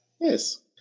Yes